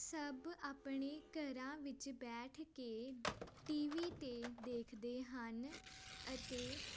ਸਭ ਆਪਣੇ ਘਰਾਂ ਵਿੱਚ ਬੈਠ ਕੇ ਟੀ ਵੀ 'ਤੇ ਦੇਖਦੇ ਹਨ ਅਤੇ